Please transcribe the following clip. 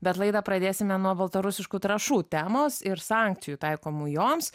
bet laidą pradėsime nuo baltarusiškų trąšų temos ir sankcijų taikomų joms